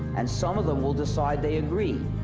and some of them will decide they agree.